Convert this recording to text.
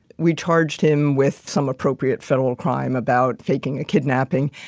we charged him with some appropriate federal crime about faking a kidnapping.